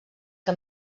que